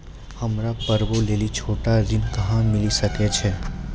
हमरा पर्वो लेली छोटो ऋण कहां मिली सकै छै?